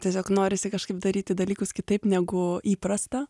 tiesiog norisi kažkaip daryti dalykus kitaip negu įprasta